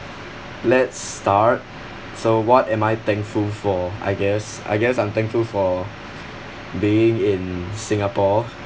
let's start so what am I thankful for I guess I guess I'm thankful for being in singapore